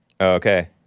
Okay